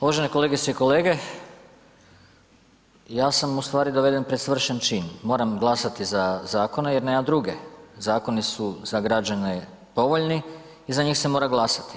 Uvažene kolegice i kolege, ja sam u stvari doveden pred svršen čin, moram glasati za zakone jer nema druge, zakoni su za građane povoljni i za njih se mora glasati.